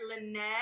Lynette